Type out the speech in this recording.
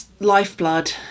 lifeblood